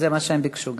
זה מה שגם הם ביקשו.